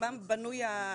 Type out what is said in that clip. ממה בנוי המחיר,